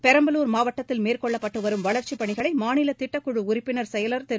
பெரம்பலூர் மாவட்டத்தில் மேற்கொள்ளப்பட்டு வரும் வளர்ச்சிப் பணிகளை மாநில திட்டக்குழு உறுப்பினர் செயலர் திரு